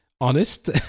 honest